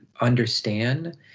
understand